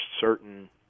certain